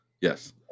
Yes